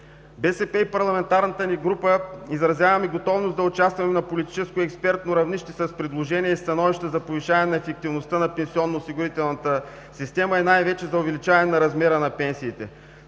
БСП и парламентарната ни група изразяваме готовност да участваме на политическо и експертно равнище с предложения и становища за повишаване ефективността на пенсионно осигурителната система и най-вече за увеличаване размера на пенсиите,